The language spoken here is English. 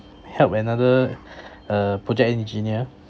help another uh project engineer